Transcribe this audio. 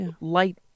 light